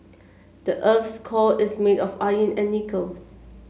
the earth's core is made of iron and nickel